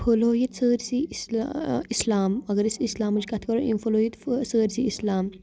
پھولوو ییٚتہِ سٲرسٕے اِسل اِسلام اگر أسۍ اِسلامٕچ کَتھ کَرو أمۍ پھولوو ییٚتہِ سٲرسٕے اِسلام